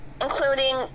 Including